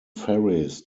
ferries